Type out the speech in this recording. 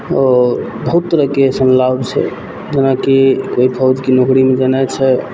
आओर बहुत तरहके अइसन लाभ छै जेनाकि कोइ फौजके नौकरीमे गेनाइ छै